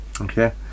okay